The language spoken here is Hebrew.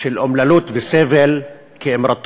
שער בנפשך שיהיה שלטון השמאל, ואתה עם האמירות